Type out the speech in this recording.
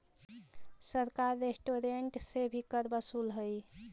सरकार रेस्टोरेंट्स से भी कर वसूलऽ हई